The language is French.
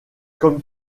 comme